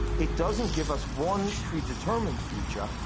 it doesn't give us one pre-determined future,